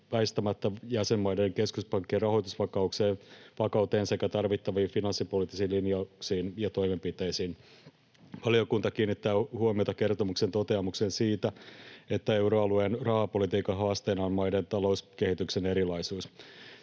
väistämättä jäsenmaiden keskuspankkien rahoitusvakauteen sekä tarvittaviin finanssipoliittisiin linjauksiin ja toimenpiteisiin. Valiokunta kiinnittää huomiota kertomuksen toteamukseen siitä, että euroalueen rahapolitiikan haasteena on maiden talouskehityksen erilaisuus.